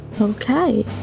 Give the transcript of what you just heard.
okay